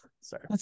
sorry